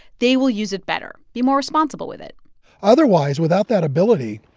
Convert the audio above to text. they will use it better, be more responsible with it otherwise, without that ability,